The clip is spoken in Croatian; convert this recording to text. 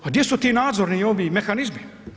A gdje su ti nadzorni mehnizmi?